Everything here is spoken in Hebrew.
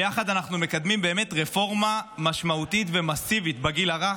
ביחד אנחנו מקדמים באמת רפורמה משמעותית ומסיבית בגיל הרך,